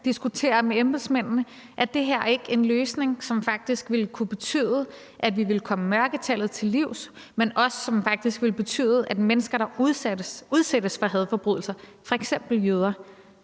diskutere med embedsmændene. Er det her ikke en løsning, som faktisk ville kunne betyde, at vi ville komme mørketallet til livs, men som faktisk også ville betyde, at mennesker, der udsættes for hadforbrydelser, f.eks. jøder,